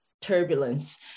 turbulence